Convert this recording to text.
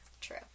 True